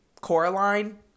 Coraline